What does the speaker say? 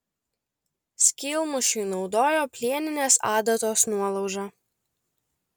skylmušiui naudojo plieninės adatos nuolaužą